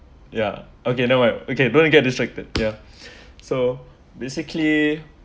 ya okay never mind okay don't get distracted ya so basically